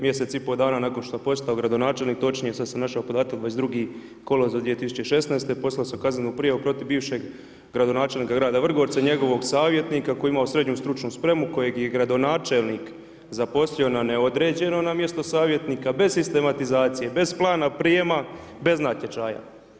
Mjesec i pol dana nakon što sam postao gradonačelnik, točnije sad sam našao podatak, 22. kolovoza 2016., poslao sam kaznenu prijavu protiv bivšeg gradonačelnika grada Vrgorca i njegovog savjetnika koji je imao srednju stručnu spremu kojeg je gradonačelnik zaposlio na neodređeno na mjesto savjetnika bez sistematizacije, bez plana prijema, bez natječaja.